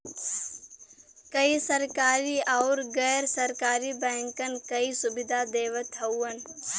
कई सरकरी आउर गैर सरकारी बैंकन कई सुविधा देवत हउवन